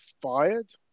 fired